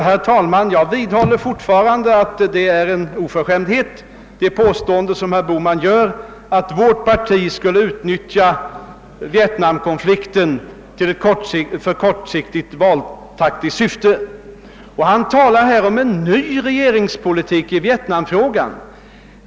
Herr talman! Jag vidhåller fortfarande att herr Bohmans påstående att vårt parti skulle utnyttja vietnamkonflikten i kortsiktigt valtaktiskt syfte är en oförskämdhet. Herr Bohman talar om en ny regeringspolitik i vietnamfrågan.